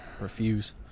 Refuse